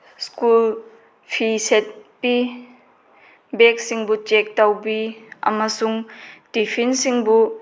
school fee ꯁꯦꯠꯄꯤ ꯕꯦꯛꯁꯤꯡꯕꯨ check ꯇꯧꯕꯤ ꯑꯃꯁꯨꯡ ꯇꯤꯐꯤꯟꯁꯤꯡꯕꯨ